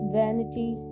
vanity